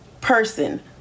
person